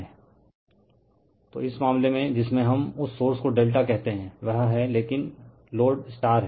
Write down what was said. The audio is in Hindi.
रिफर स्लाइड टाइम 2245 तो इस मामले में जिसमे हम उस सोर्स को ∆ कहते हैं वह हैं लेकिन लोड है